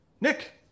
Nick